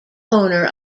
owner